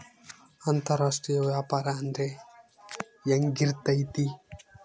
ಅಂತರಾಷ್ಟ್ರೇಯ ವ್ಯಾಪಾರ ಅಂದ್ರೆ ಹೆಂಗಿರ್ತೈತಿ?